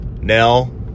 Nell